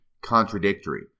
contradictory